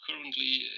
currently